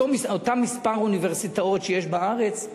אותו מספר אוניברסיטאות שיש בארץ,